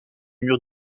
mur